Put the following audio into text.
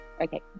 Okay